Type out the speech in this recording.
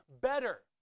better